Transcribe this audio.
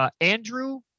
Andrew